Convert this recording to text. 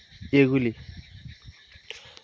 এগুলি